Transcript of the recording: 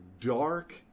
dark